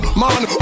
man